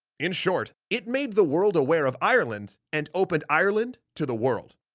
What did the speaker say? in short, it made the world aware of ireland, and opened ireland to the world.